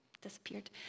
Disappeared